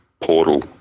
portal